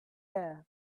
air